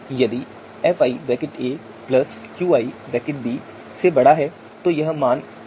यदि fi qi fi से बड़ा है तो मान एक होगा